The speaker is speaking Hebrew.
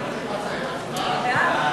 זה היה?